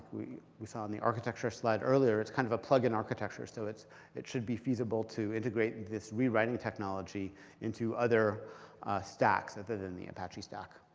we we saw in the architecture slide earlier, it's kind of a plug-in architecture. so it should be feasible to integrate this rewriting technology into other stacks other than the apache stack.